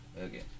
Okay